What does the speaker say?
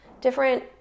different